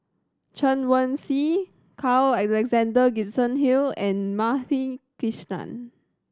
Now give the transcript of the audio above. Chen Wen Si Carl Alexander Gibson Hill and Madhavi Krishnan